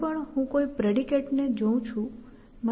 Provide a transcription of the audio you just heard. જ્યારે પણ હું કોઈ પ્રેડિકેટને જોઉં છું મારે આ વિશ્વ તરફ જોવું જોઇએ